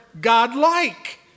God-like